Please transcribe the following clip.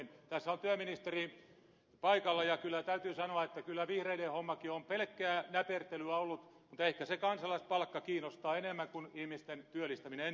tässä on työministeri paikalla ja täytyy sanoa että kyllä vihreiden hommakin on pelkkää näpertelyä ollut mutta ehkä se kansalaispalkka kiinnostaa enemmän kuin ihmisten työllistäminen en tiedä